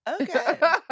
Okay